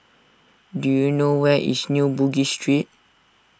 do you know where is New Bugis Street